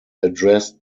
addressed